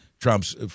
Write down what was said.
Trump's